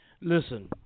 Listen